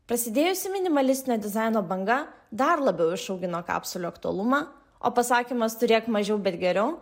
prasidėjusi minimalistinio dizaino banga dar labiau išaugino kapsulių aktualumą o pasakymas turėk mažiau bet geriau